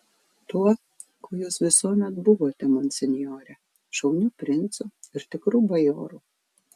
tuo kuo jūs visuomet buvote monsinjore šauniu princu ir tikru bajoru